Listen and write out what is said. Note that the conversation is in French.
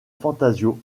fantasio